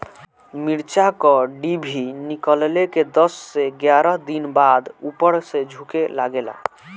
मिरचा क डिभी निकलले के दस से एग्यारह दिन बाद उपर से झुके लागेला?